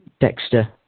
Dexter